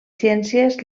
ciències